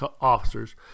officers